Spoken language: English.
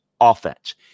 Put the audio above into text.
offense